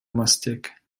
mastek